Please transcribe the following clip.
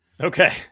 Okay